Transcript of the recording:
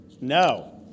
No